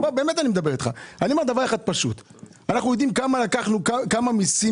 אנחנו יודעים כמה מסים